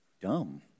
dumb